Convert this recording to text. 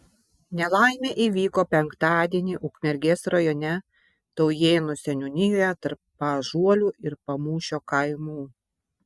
nelaimė įvyko penktadienį ukmergės rajone taujėnų seniūnijoje tarp paąžuolių ir pamūšio kaimų